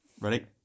Ready